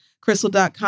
crystal.com